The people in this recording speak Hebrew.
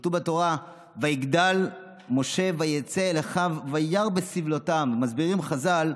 כתוב בתורה: "ויגדל משה ויצא אל אחיו וירא בסבלתם" מסבירים חז"ל: